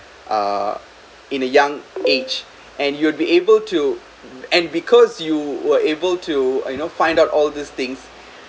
uh in the young age and you'd be able to and because you were able to you know find out all this things